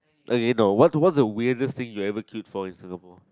okay no what what's the weirdest thing you ever queued for in Singapore